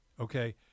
okay